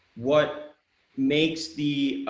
what makes the,